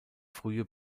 frühe